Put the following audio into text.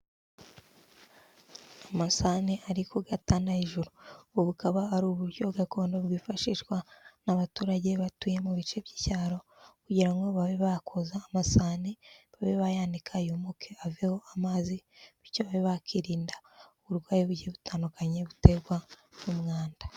Amasahane ari kugatana hejuru, ubu bukaba ari uburyo gakondo bwifashishwa n'abaturage batuye mu bice by'icyaro, kugira ngo babe bakoza amasahane babe bayanika yumuke haveho amazi, bityo babe bakwirinda uburwayi bugiye butandukanye buterwa n'umwanda.